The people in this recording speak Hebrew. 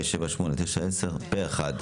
מי נגד?